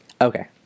Okay